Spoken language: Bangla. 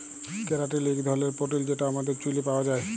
ক্যারাটিল ইক ধরলের পোটিল যেট আমাদের চুইলে পাউয়া যায়